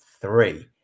three